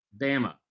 Bama